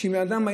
שאם בן אדם,